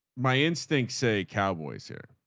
my instincts say cowboys here